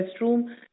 restroom